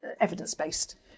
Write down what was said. evidence-based